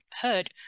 heard